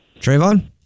Trayvon